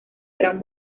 gran